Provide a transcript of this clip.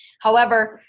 however,